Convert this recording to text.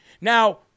Now